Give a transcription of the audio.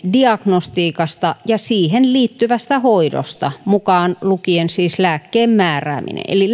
diagnostiikasta ja siihen liittyvästä hoidosta mukaan lukien siis lääkkeen määrääminen eli